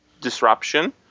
disruption